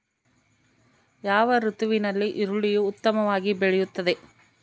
ಯಾವ ಋತುವಿನಲ್ಲಿ ಈರುಳ್ಳಿಯು ಉತ್ತಮವಾಗಿ ಬೆಳೆಯುತ್ತದೆ?